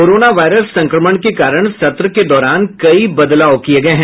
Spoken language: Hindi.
कोरोना वायरस संक्रमण के कारण सत्र के दौरान कई बदलाव किये गये हैं